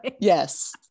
Yes